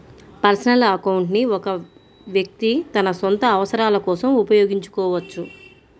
personal account ని ఒక వ్యక్తి తన సొంత అవసరాల కోసం ఉపయోగించుకోవచ్చు